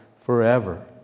forever